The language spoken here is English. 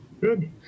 Good